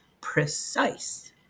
precise